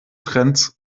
trends